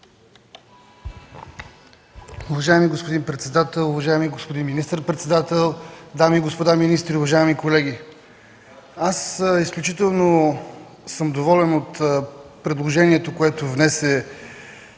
Уважаеми господин председател, уважаеми господин министър-председател, дами и господа министри, уважаеми колеги! Изключително съм доволен от предложението, което внесе